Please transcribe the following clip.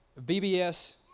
BBS